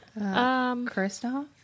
Kristoff